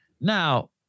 now